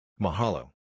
Mahalo